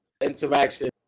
interaction